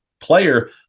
player